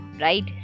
right